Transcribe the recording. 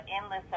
endless